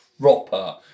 proper